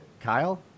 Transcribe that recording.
kyle